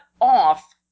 off